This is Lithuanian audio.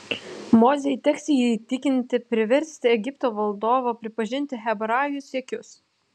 mozei teks jį įtikinti priversti egipto valdovą pripažinti hebrajų siekius